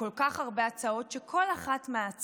כל כך הרבה הצעות שכל אחת מהן